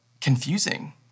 confusing